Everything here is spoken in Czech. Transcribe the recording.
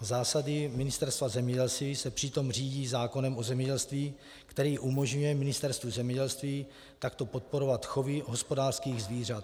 Zásady Ministerstva zemědělství se přitom řídí zákonem o zemědělství, který umožňuje Ministerstvu zemědělství takto podporovat chovy hospodářských zvířat.